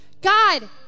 god